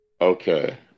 Okay